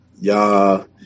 y'all